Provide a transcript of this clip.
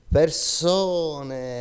persone